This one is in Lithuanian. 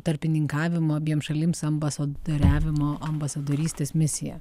tarpininkavimo abiem šalims ambasadoriavimo ambasadorystės misiją